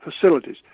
facilities